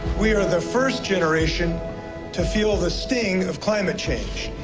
we are the first generation to feel the sting of climate change,